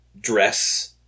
dress